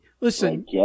listen